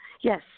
Yes